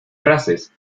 frases